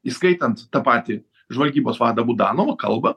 įskaitant tą patį žvalgybos vadą budanovą kalba